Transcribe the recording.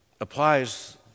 applies